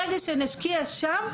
ברגע שנשקיע שם,